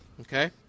okay